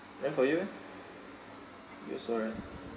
then for you eh you also right